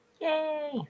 Yay